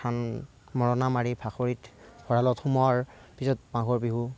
ধান মৰণা মাৰি ভাকৰীত ভঁৰালত সোমোৱাৰ পিছত মাঘৰ বিহু